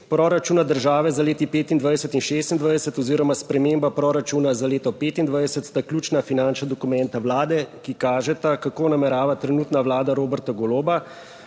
Proračuna države za leti 2025 in 2026 oziroma sprememba proračuna za leto 2025 sta ključna finančna dokumenta Vlade, ki kažeta, kako namerava trenutna Vlada Roberta Goloba